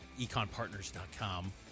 econpartners.com